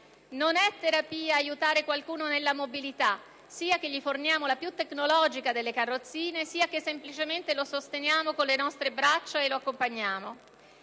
Non è terapia aiutare qualcuno nella mobilità, sia che gli forniamo la più tecnologica delle carrozzine, sia che semplicemente lo sosteniamo con le nostre braccia o lo accompagniamo.